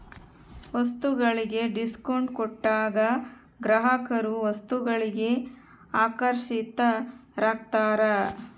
ವಸ್ತುಗಳಿಗೆ ಡಿಸ್ಕೌಂಟ್ ಕೊಟ್ಟಾಗ ಗ್ರಾಹಕರು ವಸ್ತುಗಳಿಗೆ ಆಕರ್ಷಿತರಾಗ್ತಾರ